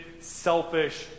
selfish